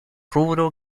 rubro